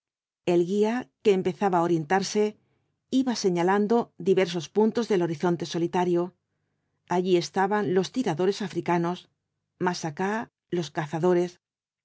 el guía que empezaba á orientarse iba señalandodiversos puntos del horizonte solitario allí estaban los tiradores africanos más acá los cazadores